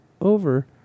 over